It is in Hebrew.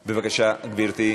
בבקשה, גברתי.